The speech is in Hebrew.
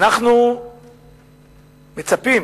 אנחנו מצפים